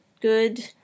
good